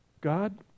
God